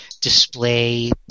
display